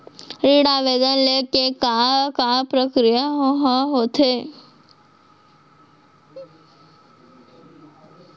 ऋण आवेदन ले के का का प्रक्रिया ह होथे?